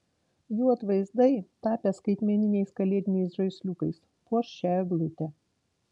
jų atvaizdai tapę skaitmeniniais kalėdiniais žaisliukais puoš šią eglutę